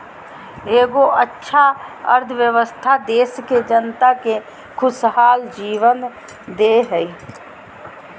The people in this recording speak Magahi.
एगो अच्छा अर्थव्यवस्था देश के जनता के खुशहाल जीवन दे हइ